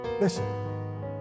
listen